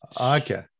Okay